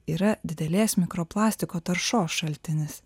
yra didelės mikroplastiko taršos šaltinis